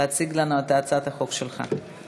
להציג לנו את הצעת החוק שלך.